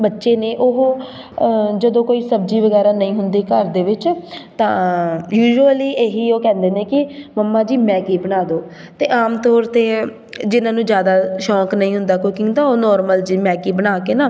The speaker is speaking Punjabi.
ਬੱਚੇ ਨੇ ਉਹ ਜਦੋਂ ਕੋਈ ਸਬਜ਼ੀ ਵਗੈਰਾ ਨਹੀਂ ਹੁੰਦੀ ਘਰ ਦੇ ਵਿੱਚ ਤਾਂ ਯੂਜਅਲੀ ਇਹੀ ਉਹ ਕਹਿੰਦੇ ਨੇ ਕਿ ਮੰਮਾ ਜੀ ਮੈਗੀ ਬਣਾ ਦਿਉ ਅਤੇ ਆਮ ਤੌਰ 'ਤੇ ਜਿਹਨਾਂ ਨੂੰ ਜ਼ਿਆਦਾ ਸ਼ੌਂਕ ਨਹੀਂ ਹੁੰਦਾ ਕੁਕਿੰਗ ਦਾ ਉਹ ਨੋਰਮਲ ਜਿਹੀ ਮੈਗੀ ਬਣਾ ਕੇ ਨਾ